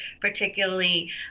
particularly